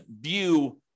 view